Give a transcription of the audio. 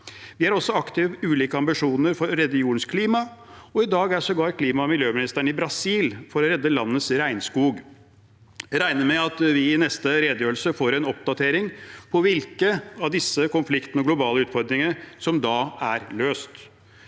Vi er også aktiv i ulike ambisjoner for å redde jordens klima, og i dag er sågar klima- og miljøministeren i Brasil for å redde landets regnskog. Jeg regner med at vi i neste redegjørelse får en oppdatering på hvilke av disse konfliktene og globale utfordringene som da er løst.